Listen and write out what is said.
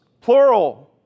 plural